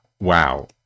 Wow